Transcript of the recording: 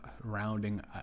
rounding